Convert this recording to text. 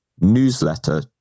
newsletter